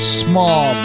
small